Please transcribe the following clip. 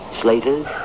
Slaters